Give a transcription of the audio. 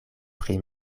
pri